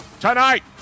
Tonight